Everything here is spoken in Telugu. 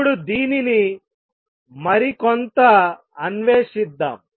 ఇప్పుడు దీనిని మరికొంత అన్వేషిద్దాం